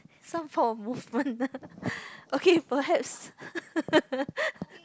some form of movement okay perhaps